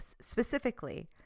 Specifically